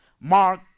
mark